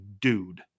dude